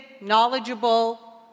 knowledgeable